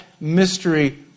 mystery